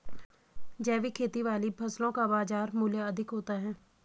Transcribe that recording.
जैविक खेती वाली फसलों का बाजार मूल्य अधिक होता है